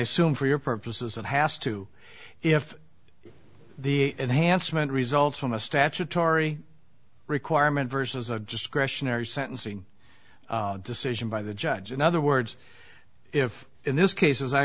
assume for your purposes it has to if the enhancement results from a statutory requirement versus a discretionary sentencing decision by the judge in other words if in this case as i